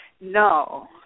No